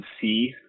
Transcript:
see